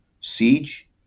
siege